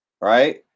Right